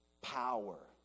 power